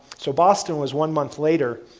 so, boston was one month later,